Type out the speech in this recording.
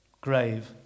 grave